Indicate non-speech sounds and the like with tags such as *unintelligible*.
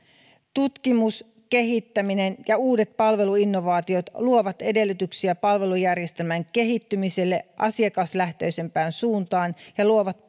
tutkimus kehittäminen ja uudet palveluinnovaatiot luovat edellytyksiä palvelujärjestelmän kehittymiselle asiakaslähtöisempään suuntaan ja luovat *unintelligible*